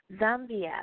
Zambia